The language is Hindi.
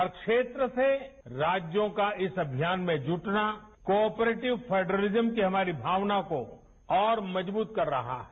हर क्षेत्र से राज्यों का इस अभियान में जुटना कोपरेटिव फेडरिजन की हमारी भावना को और मजबूत कर रहा है